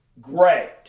great